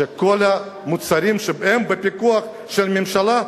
שכל המוצרים שהם בפיקוח של ממשלה,